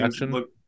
Look